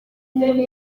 umuntu